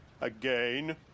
Again